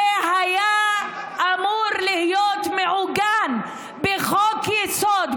זה היה אמור להיות מעוגן בחוק-היסוד.